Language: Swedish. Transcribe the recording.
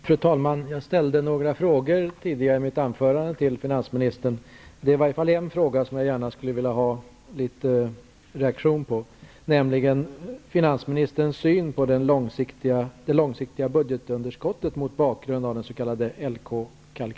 Fru talman! Jag ställde tidigare i mitt anförande några frågor till finansministern. Jag skulle vilja ha en reaktion på åtminstone en fråga, nämligen den om finansministerns syn på det långsiktiga budgetunderskottet mot bakgrund av den s.k. LK